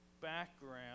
background